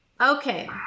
Okay